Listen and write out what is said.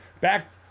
back